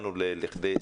הגענו לכדי סיכום.